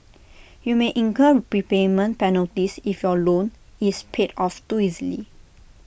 you may incur prepayment penalties if your loan is paid off too easily